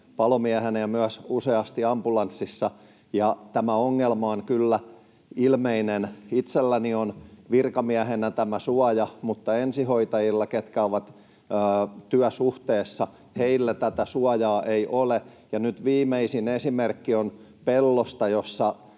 palomiehenä ja myös useasti ambulanssissa, ja tämä ongelma on kyllä ilmeinen. Itselläni on virkamiehenä tämä suoja, mutta ensihoitajilla, ketkä ovat työsuhteessa, tätä suojaa ei ole. Nyt viimeisin esimerkki on Pellosta, jossa